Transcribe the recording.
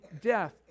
death